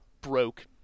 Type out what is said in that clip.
broke